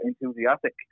enthusiastic